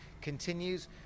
continues